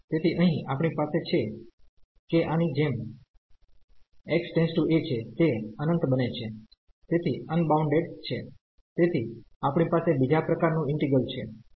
તેથી અહીં આપણી પાસે છે કે આની જેમ X → a છે તે અનંત બને છે તેથી અનબાઉન્ડેડ છે તેથી આપણી પાસે બીજા પ્રકારનું ઈન્ટિગ્રલછે